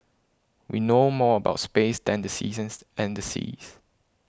we know more about space than the seasons and the seas